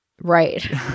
Right